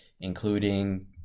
including